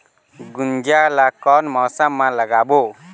गुनजा ला कोन मौसम मा लगाबो?